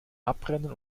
abbrennen